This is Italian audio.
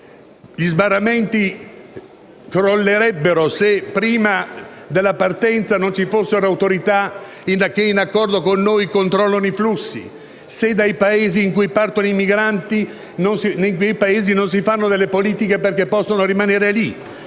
degli sbarramenti, perché crollerebbero se prima della partenza non ci fossero autorità che, in accordo con noi, controllano i flussi e se nei Paesi da cui partono i migranti non si fanno delle politiche affinché costoro possano rimanere lì.